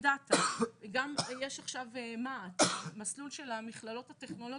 יש גם תכנית מה"ט, מסלול של המכללות הטכנולוגיות.